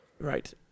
Right